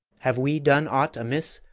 have we done aught amiss,